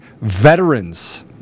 veterans